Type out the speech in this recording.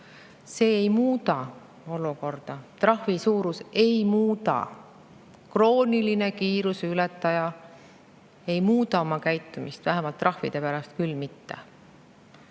See ei muuda olukorda, trahvi suurus ei muuda. Krooniline kiiruseületaja ei muuda oma käitumist, vähemalt trahvide pärast küll mitte.